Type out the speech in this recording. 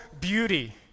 beauty